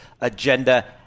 agenda